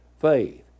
faith